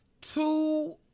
two